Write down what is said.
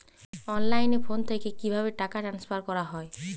অনলাইনে ফোন থেকে কিভাবে টাকা ট্রান্সফার করা হয়?